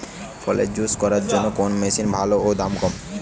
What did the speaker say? ফলের জুস করার জন্য কোন মেশিন ভালো ও দাম কম?